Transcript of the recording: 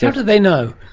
how do they know?